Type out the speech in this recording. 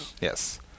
Yes